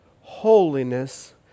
holiness